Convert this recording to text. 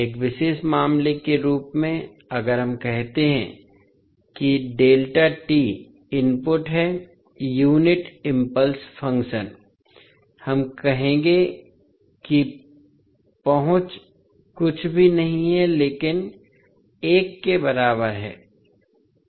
एक विशेष मामले के रूप में अगर हम कहते हैं कि इनपुट है यूनिट इम्पल्स फ़ंक्शन हम कहेंगे कि पहुंच कुछ भी नहीं है लेकिन एक के बराबर है